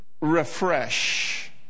refresh